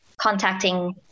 contacting